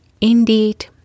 Indeed